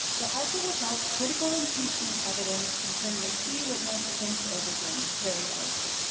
but also withheld critical impeachment evidence concerning a key witness against overton carrie eleby.